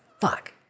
fuck